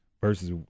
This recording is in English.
versus